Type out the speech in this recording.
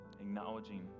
acknowledging